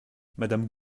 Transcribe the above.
madame